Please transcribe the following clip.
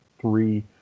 three